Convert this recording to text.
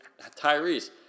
Tyrese